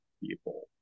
people